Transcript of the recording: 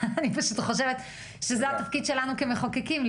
אני פשוט חושבת שזה התפקיד שלנו כמחוקקים,